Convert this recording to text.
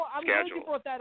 schedule